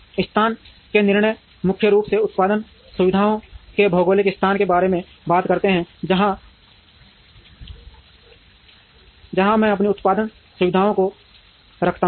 स्थान के निर्णय मुख्य रूप से उत्पादन सुविधाओं के भौगोलिक स्थान के बारे में बात करते हैं जहां मैं अपनी उत्पादन सुविधाओं को रखता हूं